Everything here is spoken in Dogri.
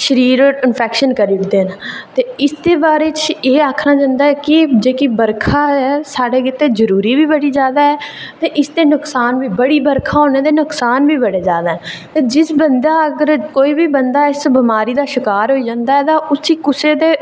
शरीर च इन्फैक्शन करी ओड़दे न ते इसदे बारे च एह् आखेआ जंदा ऐ कि जेह्की बरखा ऐ साढ़े गितै जरूरी बी बड़ी जैदा ऐ ते इसदे नुकसान बी बड़ी बरखा होने दे नुकसान बी बड़े जैदा न ते जिस बंदा अगर कोई बी बंदा इस बमारी दा शकार होई जंदा ऐ तां उसी कुसै दे